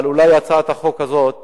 אבל אולי הצעת החוק הזאת